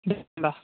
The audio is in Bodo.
दे होनबा